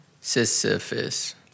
Sisyphus